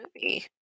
movie